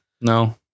No